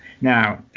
now